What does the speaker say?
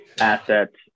assets